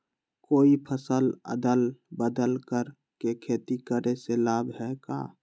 कोई फसल अदल बदल कर के खेती करे से लाभ है का?